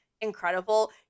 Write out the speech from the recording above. incredible